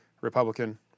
republican